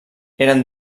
eren